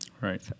Right